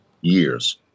years